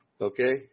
Okay